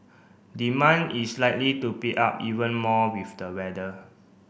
demand is likely to pick up even more with the weather